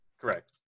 Correct